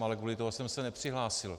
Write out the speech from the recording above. Ale kvůli tomu jsem se nepřihlásil.